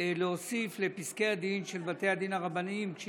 יש להוסיף לפסקי הדין של בתי הדין הרבניים אי-שימוש